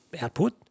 output